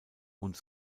und